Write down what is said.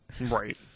Right